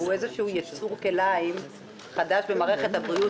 שהוא יצור כלאיים חדש במערכת הבריאות